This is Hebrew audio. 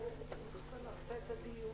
על הדיון.